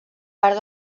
part